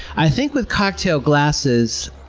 i think with cocktail glasses,